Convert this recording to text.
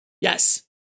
Yes